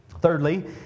Thirdly